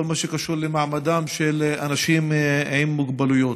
כל מה שקשור למעמדם של אנשים עם מוגבלויות.